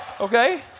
okay